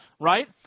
right